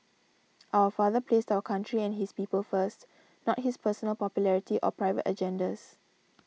our father placed our country and his people first not his personal popularity or private agendas